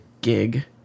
gig